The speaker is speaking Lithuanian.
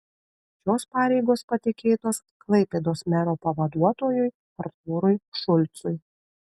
šios pareigos patikėtos klaipėdos mero pavaduotojui artūrui šulcui